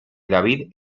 david